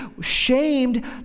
shamed